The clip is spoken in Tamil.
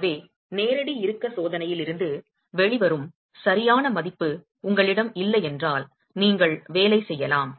எனவே நேரடி இறுக்க சோதனையில் இருந்து வெளிவரும் சரியான மதிப்பு உங்களிடம் இல்லை என்றால் நீங்கள் வேலை செய்யலாம்